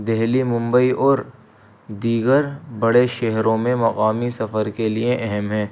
دہلی ممبئی اور دیگر بڑے شہروں میں مقامی سفر کے لیے اہم ہیں